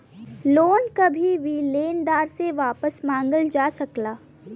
loan कभी भी लेनदार से वापस मंगल जा सकला